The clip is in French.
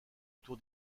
tour